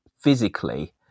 physically